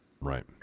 Right